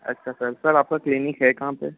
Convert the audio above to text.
अच्छा sir sir आपका clinic है कहाँ पर